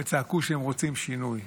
וצעקו שהם רוצים שינוי.